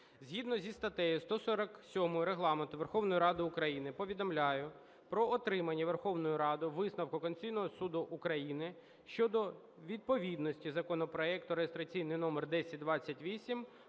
Згідно зі статтею 147 Регламенту Верховної Ради України повідомляю про отримання Верховною Радою висновку Конституційного Суду України щодо відповідності законопроекту (реєстраційний номер 1028)